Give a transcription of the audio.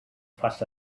fuss